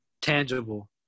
tangible